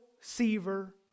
Seaver